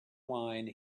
wine